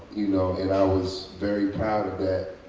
you know and i was very proud of that,